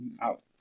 out